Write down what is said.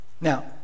now